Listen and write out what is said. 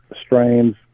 strains